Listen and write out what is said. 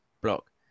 block